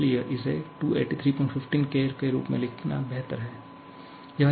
इसलिए इसे 28315 K के रूप में लिखना बेहतर है